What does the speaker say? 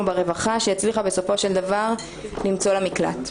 ברווחה שהצליחה בסופו של דבר למצוא לה מקלט.